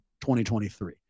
2023